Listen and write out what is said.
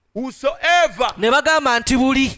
whosoever